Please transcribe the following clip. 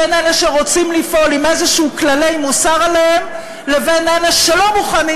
בין אלה שרוצים לפעול עם איזשהם כללי מוסר עליהם לבין אלה שלא מוכנים,